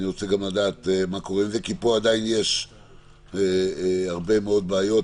אני רוצה לדעת מה קורה עם זה כי פה עדיין יש הרבה מאוד בעיות.